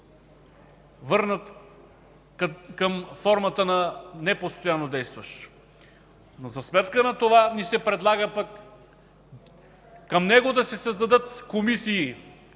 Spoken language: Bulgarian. върнат към формата на непостоянно действащ? За сметка на това ни се предлага пък към него да се създадат комисии